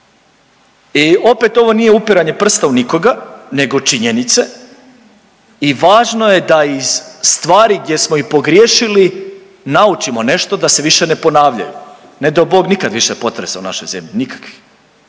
I opet ovo nije upiranje prstom u nikoga nego činjenice i važno je da iz stvari gdje smo i pogriješili naučimo nešto da se više ne ponavljaju, ne dao Bog nikad više potresa u našoj zemlji, nikakvih,